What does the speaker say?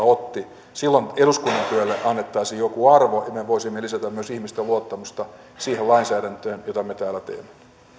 otti silloin eduskunnan työlle annettaisiin joku arvo ja me voisimme lisätä myös ihmisten luottamusta siihen lainsäädäntöön jota me täällä teemme